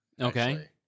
Okay